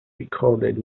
recorded